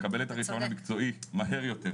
לקבל את הרישיון המקצועי מהר יותר,